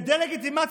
בדה-לגיטימציה,